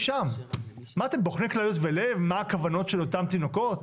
אתם בוחני כליות ולב מה הכוונות של אותם תינוקות,